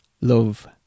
love